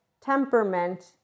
temperament